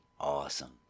awesome